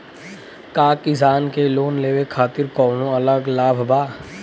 का किसान के लोन लेवे खातिर कौनो अलग लाभ बा?